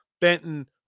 Benton